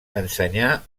ensenyà